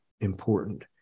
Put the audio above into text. important